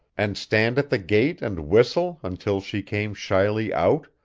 and stand at the gate and whistle until she came shyly out,